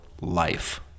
Life